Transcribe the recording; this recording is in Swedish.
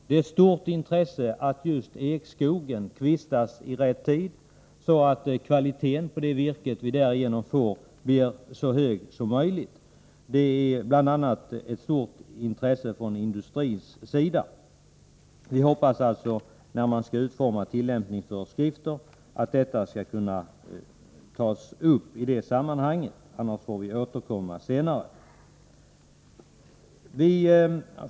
Det är ett stort intresse bl.a. för industrin att just ekskogen kvistas i rätt tid, så att kvaliteten på det virke vi därigenom får blir så hög som möjligt. När man skall utforma tillämpningsföreskrifterna hoppas vi alltså att detta kommer att tas upp i sammanhanget; annars får vi återkomma senare.